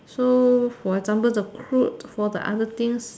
so for example the crud for the other things